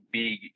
big